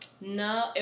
No